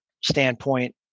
standpoint